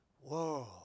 whoa